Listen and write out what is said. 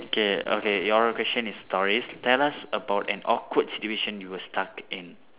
okay okay your question is stories tell us about an awkward situation you were stuck in